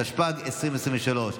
התשפ"ג 2023,